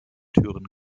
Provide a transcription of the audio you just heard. türen